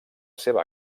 seva